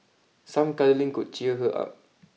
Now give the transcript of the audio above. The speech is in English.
some cuddling could cheer her up